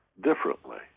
differently